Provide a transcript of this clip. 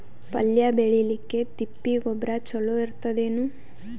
ಪಲ್ಯ ಬೇಳಿಲಿಕ್ಕೆ ತಿಪ್ಪಿ ಗೊಬ್ಬರ ಚಲೋ ಇರತದೇನು?